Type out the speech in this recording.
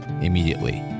immediately